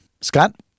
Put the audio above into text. Scott